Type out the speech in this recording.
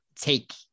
take –